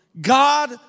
God